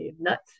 nuts